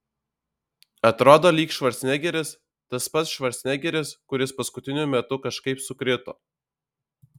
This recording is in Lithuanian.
atrodo lyg švarcnegeris tas pats švarcnegeris kuris paskutiniu metu kažkaip sukrito